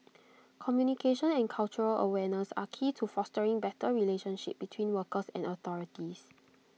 communication and cultural awareness are key to fostering better relationship between workers and authorities